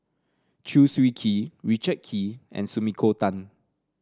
Chew Swee Kee Richard Kee and Sumiko Tan